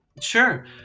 Sure